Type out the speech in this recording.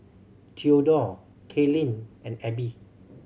Theodore Kaylin and Abby